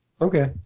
okay